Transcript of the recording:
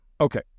Okay